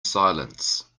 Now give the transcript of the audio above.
silence